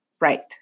right